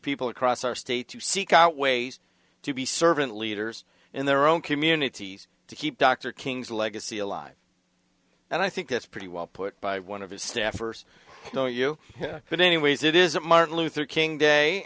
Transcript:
people across our state to seek out ways to be servant leaders in their own communities to keep dr king's legacy alive and i think that's pretty well put by one of his staffers knowing you but anyways it is martin luther king day